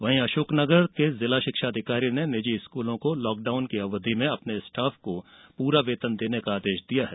वहीं अशोकनगर के जिला शिक्षा अधिकारी ने निजी स्कूलों को लॉकडाउन की अवधि में अपने स्टाफ को पूरा वेतन देने का आदेश दिया है